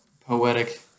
poetic